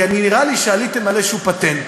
כי נראה לי שעליתם על איזשהו פטנט,